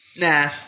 Nah